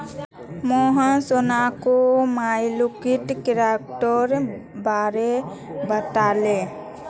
मोहन सोहानोक माइक्रोक्रेडिटेर बारे बताले